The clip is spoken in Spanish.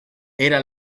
era